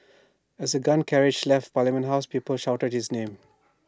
as the gun carriage left parliament house people shouted his name